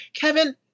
Kevin